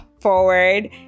forward